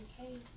okay